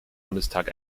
bundestag